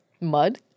Mud